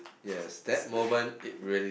yes that moment it really